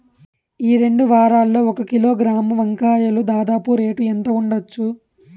ఈ రెండు వారాల్లో ఒక కిలోగ్రాము వంకాయలు దాదాపు రేటు ఎంత ఉండచ్చు?